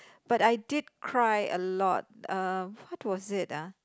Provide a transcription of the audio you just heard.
but I did cry a lot uh what was it ah